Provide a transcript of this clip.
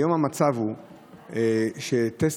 אורי מקלב (יהדות התורה): ברשותך,